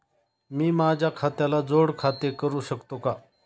मी माझ्या खात्याला जोड खाते करू शकतो का?